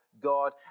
God